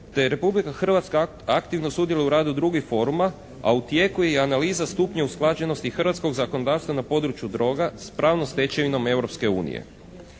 Republika Hrvatska aktivno sudjeluje u radu drugih foruma a u tijeku je i analiza stupnja usklađenosti hrvatskog zakonodavstva na području droga s pravnom stečevinom